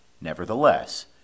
Nevertheless